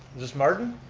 this martin?